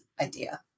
idea